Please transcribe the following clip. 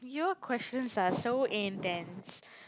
your questions are so intense